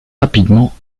rapidement